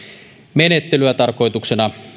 menettelyä tarkoituksena